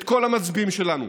את כל המצביעים שלנו,